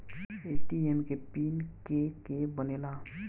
ATM के pin के के बनेला?